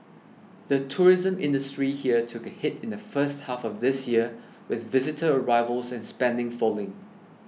the tourism industry here took a hit in the first half of this year with visitor arrivals and spending falling